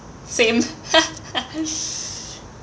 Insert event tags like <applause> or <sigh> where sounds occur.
same <laughs>